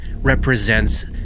represents